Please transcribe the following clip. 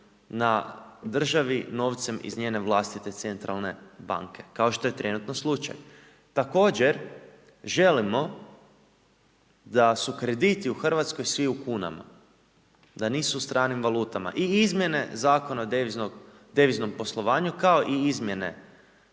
na državi, novcem iz njene vlastite centralne banke, kao što je trenutno slučaj. Također želimo da su krediti u Hrvatskoj svi u kunama, da nisu u stranim valutama i izmjene Zakona o deviznom poslovanju kao i izmjene